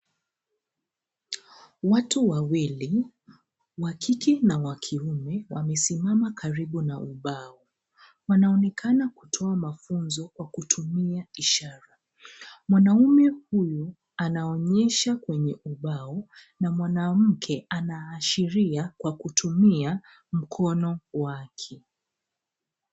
Watu wawili wakike na wakiume wamesimama karibu na ubao. Wanaonekana kutoa mafunzo kwa kutumia ishara. Mwanaume huyu anaonyesha kwenye ubao, na mwanamke anaashiria kwa kutumia mkono wake.